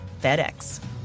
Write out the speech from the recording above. FedEx